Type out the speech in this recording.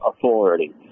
Authority